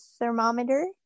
thermometer